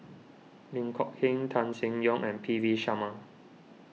Lin Kok Heng Tan Seng Yong and P V Sharma